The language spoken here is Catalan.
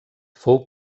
fou